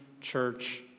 church